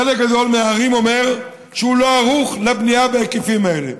חלק גדול מהערים אומרות שהן לא ערוכות לבנייה בהיקפים האלה.